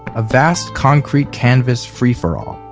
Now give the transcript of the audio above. a vast concrete canvas free-for-all.